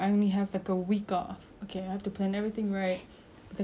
cause I have to go back to work the next day I think that's what we are meant to be doing